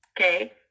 okay